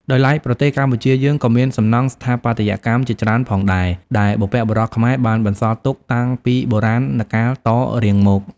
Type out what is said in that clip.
ដោយឡែកប្រទេសកម្ពុជាយើងក៏មានសំណង់ស្ថាបត្យកម្មជាច្រើនផងដែរដែលបុព្វបុរសខ្មែរបានបន្សល់ទុកតាំងពីបុរាណកាលតរៀងមក។